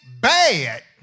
bad